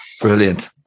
Brilliant